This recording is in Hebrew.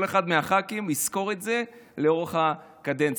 כל אחד מהח"כים יזכור את זה לאורך הקדנציה,